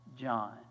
John